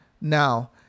Now